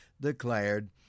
declared